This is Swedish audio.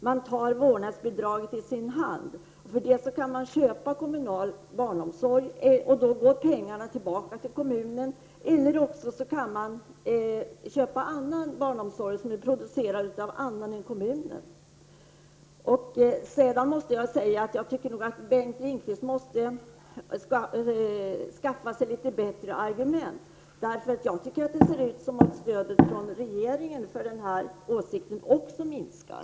Man tar vårdnadsbidraget i sin hand, och för det kan man köpa kommunal barnomsorg, och pengarna går då tillbaka till kommunen, eller köpa annan barnomsorg, som är producerad av andra än kommunen. Jag tycker att Bengt Lindqvist skall skaffa sig litet bättre argument, därför att det ser ut som om stödet från regeringen för denna åsikt också minskar.